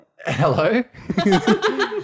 hello